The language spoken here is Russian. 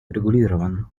урегулирован